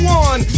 one